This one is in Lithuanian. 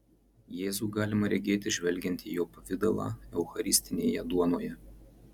jėzų galima regėti žvelgiant į jo pavidalą eucharistinėje duonoje